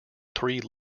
three